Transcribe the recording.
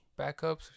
backups